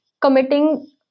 committing